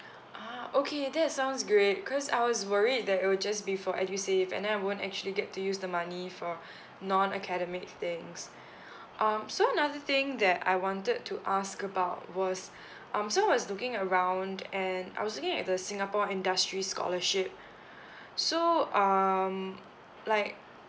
ah okay that is sounds great cause I was worried that it'll just be for edusave and then I won't actually get to use the money for non academic things um so another thing that I wanted to ask about was um so I was looking around and I was looking at the singapore industry scholarship so um like